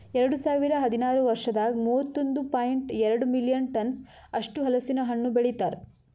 ಎರಡು ಸಾವಿರ ಹದಿನಾರು ವರ್ಷದಾಗ್ ಮೂವತ್ತೊಂದು ಪಾಯಿಂಟ್ ಎರಡ್ ಮಿಲಿಯನ್ ಟನ್ಸ್ ಅಷ್ಟು ಹಲಸಿನ ಹಣ್ಣು ಬೆಳಿತಾರ್